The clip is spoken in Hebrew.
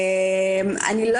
אני לא